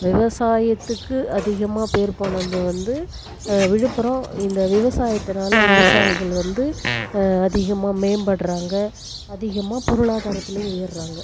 விவசாயத்துக்கு அதிகமாக பெயர் போனது வந்து விழுப்புரம் இந்த விவசாயத்துனால விவசாயிகள் வந்து அதிகமாக மேம்படுகிறாங்க அதிகமாக பொருளாதாரத்துலேயும் உயர்கிறாங்க